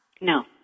No